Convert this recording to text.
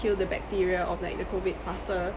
kill the bacteria of like the COVID faster